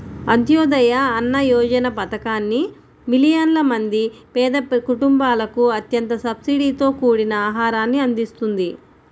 అంత్యోదయ అన్న యోజన పథకాన్ని మిలియన్ల మంది పేద కుటుంబాలకు అత్యంత సబ్సిడీతో కూడిన ఆహారాన్ని అందిస్తుంది